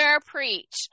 preach